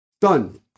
Done